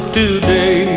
today